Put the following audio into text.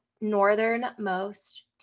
northernmost